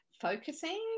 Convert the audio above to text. focusing